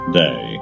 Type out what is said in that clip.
day